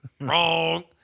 wrong